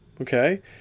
okay